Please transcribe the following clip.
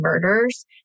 murders